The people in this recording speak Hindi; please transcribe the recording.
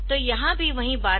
तो यहाँ भी वही बात है